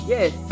Yes